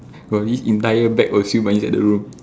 got this entire bag of siew-mai inside the room